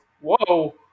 Whoa